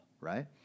right